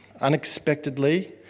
unexpectedly